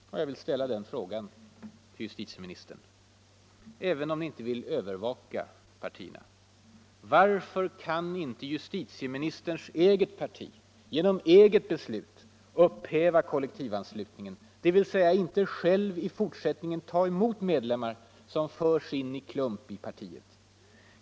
Jag vill därför ställa den frågan till justitieministern: Även om ni inte vill ”övervaka” partierna, varför kan inte justitieministerns eget parti genom eget beslut upphäva kollektivanslutningen, dvs. inte självt i fort sättningen ta emot medlemmar som förs in i klump i partiet?